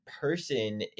person